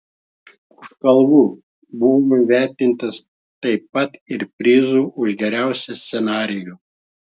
už kalvų buvo įvertintas taip pat ir prizu už geriausią scenarijų